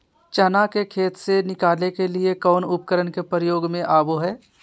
चना के खेत से निकाले के लिए कौन उपकरण के प्रयोग में आबो है?